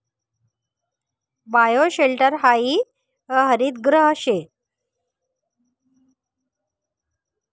bioshelter हायी हरितगृह शे